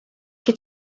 che